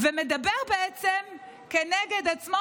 ומדבר כנגד עצמו,